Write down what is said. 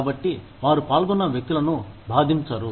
కాబట్టి వారు పాల్గొన్న వ్యక్తులను బాధించరు